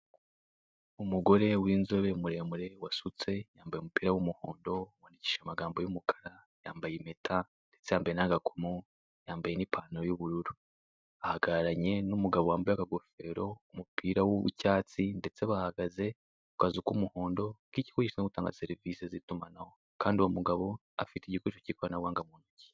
Umugore w'inzobe muremure wasutse yambaye umupira w'umuhondo wandikishije amagambo y'umukara yambaye impeta ndetse yambaye n'agakomo yambaye n'ipantaro y'ubururu, ahagararanye n'umugabo wambaye akagofero, umupira w'icyatsi ndetse bahagaze ku kazu k'umuhondo k'ikigo gishinzwe gutanga serivisi z'itumanaho kandi uwo mugabo afite igikoresho cy'ikoranabuhanga mu ntoki.